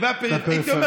והפריפריה.